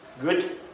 Good